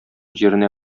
җиренә